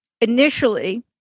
initially